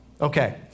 Okay